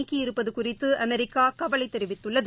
நீக்கியிருப்பது குறித்து அமெரிக்கா கவலை தெரிவித்துள்ளது